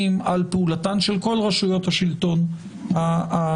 על פעולתן של כל רשויות השלטון השונות.